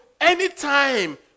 anytime